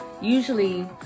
usually